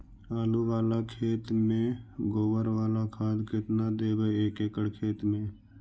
आलु बाला खेत मे गोबर बाला खाद केतना देबै एक एकड़ खेत में?